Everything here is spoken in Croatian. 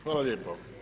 Hvala lijepo.